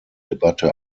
debatte